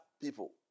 people